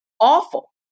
awful